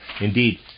Indeed